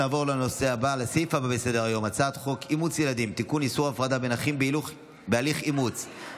נעבור להצעת חוק התכנון והבנייה (תיקון,